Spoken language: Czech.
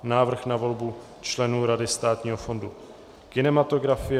Návrh na volbu členů Rady Státního fondu kinematografie